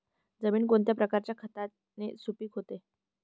जमीन कोणत्या प्रकारच्या खताने सुपिक होते?